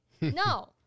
No